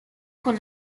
con